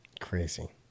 Crazy